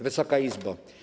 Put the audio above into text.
Wysoka Izbo!